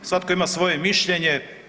Svatko ima svoje mišljenje.